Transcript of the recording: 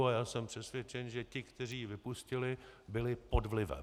A já jsem přesvědčen, že ti, kteří ji vypustili, byli pod vlivem.